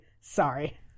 Sorry